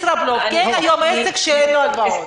ישראבלוף, כי אין היום עסק שאין לו הלוואות.